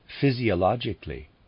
physiologically